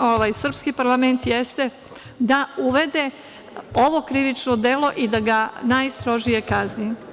ovaj srpski parlament jeste da uvede ovo krivično delo i da ga najstrožije kazni.